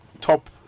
top